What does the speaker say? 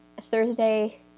thursday